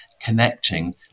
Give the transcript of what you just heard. connecting